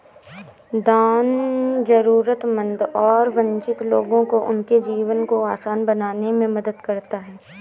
दान जरूरतमंद और वंचित लोगों को उनके जीवन को आसान बनाने में मदद करता हैं